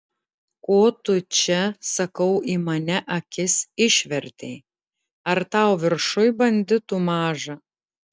ko tu čia sakau į mane akis išvertei ar tau viršuj banditų maža